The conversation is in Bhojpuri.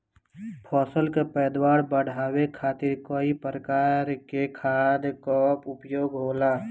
फसल के पैदावार बढ़ावे खातिर कई प्रकार के खाद कअ उपयोग होला